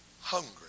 Hungry